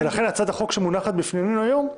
לכן הצעת החוק שמונחת בפנינו היום,